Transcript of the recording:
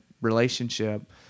relationship